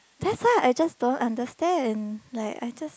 that's why I just don't understand like I just